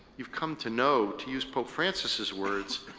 you've come to know, to use pope francis's words,